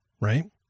Right